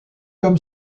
comme